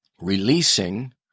releasing